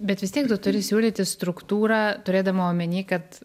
bet vis tiek tu turi siūlyti struktūrą turėdama omeny kad